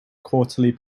quarterly